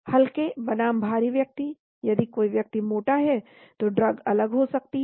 हल्के बनाम भारी व्यक्ति यदि कोई व्यक्ति मोटा है तो ड्रग अलग हो सकती है